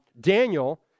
Daniel